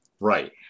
Right